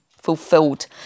fulfilled